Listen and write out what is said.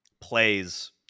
Plays